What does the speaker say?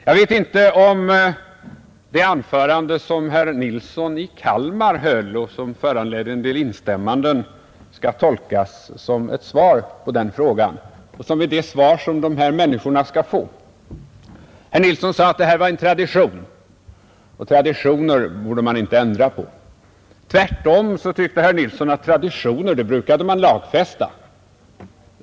Jag vet inte om det anförande som herr Nilsson i Kalmar höll och som föranledde en del instämmanden skall tolkas som ett svar på den frågan, det svar som dessa människor skall få. Han sade att detta är en tradition, och traditioner borde man inte ändra på. Tvärtom tyckte herr Nilsson att traditioner brukade man lagfästa.